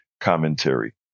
commentary